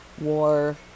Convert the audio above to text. War